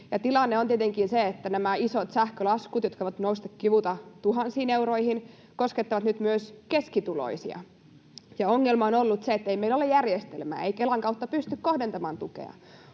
Tilanne on tietenkin se, että nämä isot sähkölaskut, jotka voivat nousta, kivuta, tuhansiin euroihin, koskettavat nyt myös keskituloisia. Ongelma on ollut se, ettei meillä ole järjestelmää, ei Kelan kautta pysty kohdentamaan tukea.